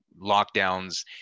lockdowns